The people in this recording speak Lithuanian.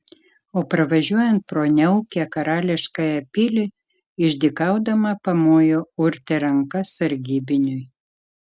o pravažiuojant pro niaukią karališkąją pilį išdykaudama pamojo urtė ranka sargybiniui